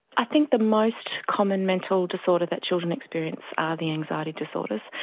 i think the most common mental disorder that children experience are the anxiety disorders,